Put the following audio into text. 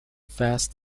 fast